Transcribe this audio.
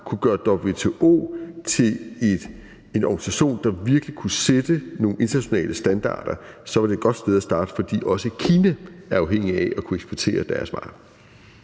kunne gøre WTO til en organisation, der virkelig kunne sætte nogle internationale standarder, så var det et godt sted at starte, for også Kina er afhængige af at kunne eksportere deres varer.